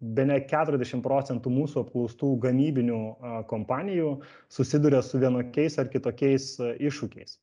bene keturiasdešim procentų mūsų apklaustų gamybinių kompanijų susiduria su vienokiais ar kitokiais iššūkiais